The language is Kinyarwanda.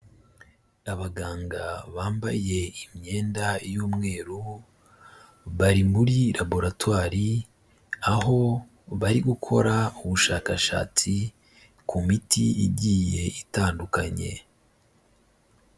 Abaganga bambaye imyenda y'umweru, bari muri laboratwari aho bari gukora ubushakashatsi ku miti igiye itandukanye.